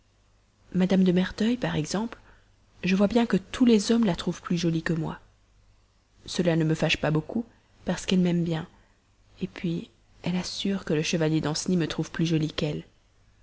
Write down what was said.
mme de merteuil par exemple je vois bien que tous les hommes la trouvent plus jolie que moi cela ne me fâche pas beaucoup parce qu'elle m'aime bien puis elle assure que le chevalier danceny me trouve plus jolie qu'elle